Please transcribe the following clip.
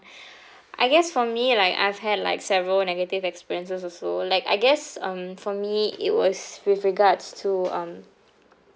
I guess for me like I've had like several negative experiences also like I guess um for me it was with regards to um